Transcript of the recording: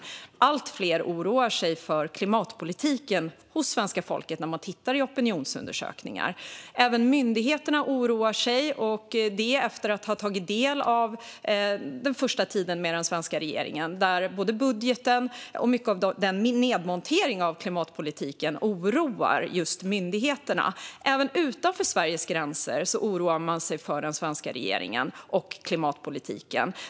Opinionsundersökningar visar att allt fler bland svenska folket oroar sig för klimatpolitiken. Även myndigheterna oroar sig, och det efter att ha tagit del av den första tiden med den svenska regeringen. Både budgeten och mycket av nedmonteringen av klimatpolitiken oroar myndigheterna. Även utanför Sveriges gränser oroar man sig för den svenska regeringen och klimatpolitiken.